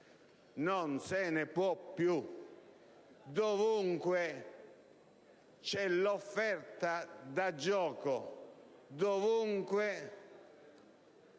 Non se ne può più. Dovunque c'è offerta da gioco; dovunque